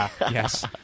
Yes